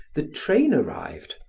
the train arrived,